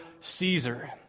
caesar